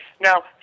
Now